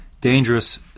dangerous